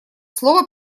слово